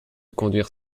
conduire